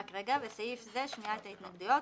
בסעיף זה שמיעת ההתנגדויות,